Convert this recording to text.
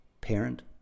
parent